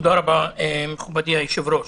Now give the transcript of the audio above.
תודה רבה, מכובדי היושב-ראש.